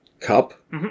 Cup